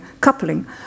coupling